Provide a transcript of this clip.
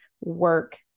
work